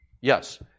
yes